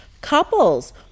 couples